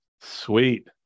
sweet